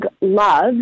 love